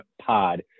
pod